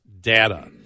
data